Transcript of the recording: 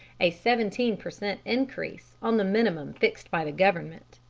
a seventeen per cent. increase on the minimum fixed by the government.